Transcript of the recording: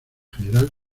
general